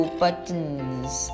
buttons